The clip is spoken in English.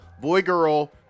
boy-girl